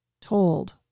told